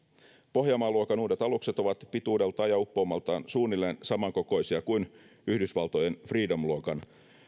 pohjanmaa luokan uudet alukset ovat pituudeltaan ja uppoumaltaan suunnilleen samankokoisia kuin yhdysvaltojen freedom luokan